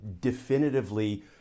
definitively